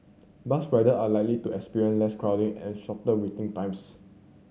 bus rider are likely to experience less crowding and shorter waiting times